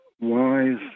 wise